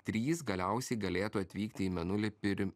trys galiausiai galėtų atvykti į mėnulį ir pir